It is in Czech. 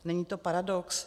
Není to paradox?